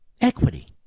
Equity